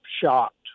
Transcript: shocked